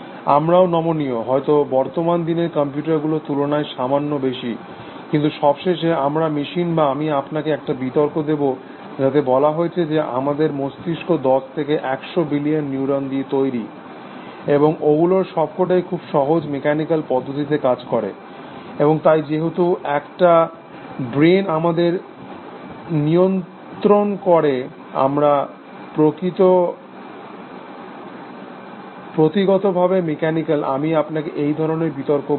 আমরাও নমনীয় হয়ত বর্তমান দিনের কম্পিউটারগুলোর তুলনায় সামান্য বেশি কিন্তু সবশেষে আমরা মেশিন বা আমি আপনাকে একটা বিতর্ক দেব যাতে বলা হয়েছে যে আমাদের মস্তিষ্ক দশ থেকে একশ বিলিয়ন নিউরন দিয়ে তৈরি এবং ওগুলোর সবকটাই খুব সহজ মেকানিকাল পদ্ধতিতে কাজ করে এবং তাই যেহেতু একটা ব্রেণ আমাদের নিয়ন্ত্রণ করে আমরা প্রকৃতিগত ভাবে মেকানিকাল আমি আপনাকে এই ধরণের বিতর্ক বলব